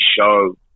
show